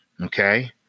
Okay